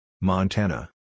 Montana